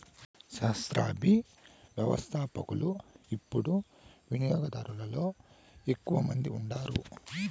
సహస్రాబ్ది వ్యవస్థపకులు యిపుడు వినియోగదారులలో ఎక్కువ మంది ఉండారు